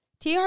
TR